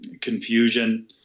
confusion